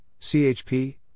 chp